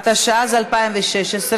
התשע"ז 2016,